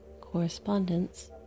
Correspondence